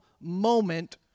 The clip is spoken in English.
moment